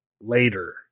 later